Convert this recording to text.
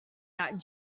that